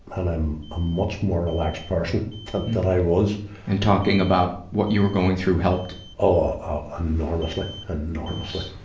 and i'm ah much more a relaxed person than, than i was paul and talking about what you were going through helped? oh, oh enormously! enormously.